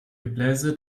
gebläse